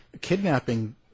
kidnapping